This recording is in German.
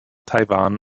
taiwan